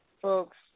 Folks